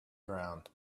ground